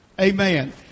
Amen